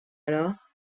alors